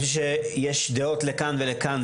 יש דעות לכאן ולכאן,